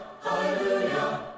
Hallelujah